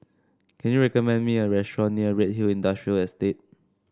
can you recommend me a restaurant near Redhill Industrial Estate